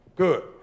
Good